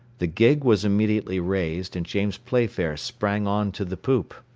the gig was immediately raised, and james playfair sprang on to the poop.